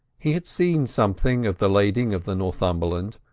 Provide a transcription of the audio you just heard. he had seen something of the lading of the northumberland,